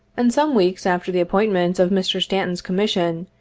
and some weeks after the appointment of mr. stanton's commission,